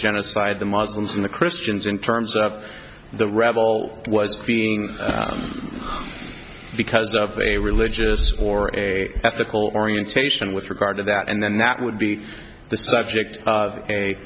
genocide the muslims in the christians in terms of the rebel was being because of a religious or a ethical orientation with regard to that and then that would be the subject